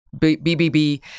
BBB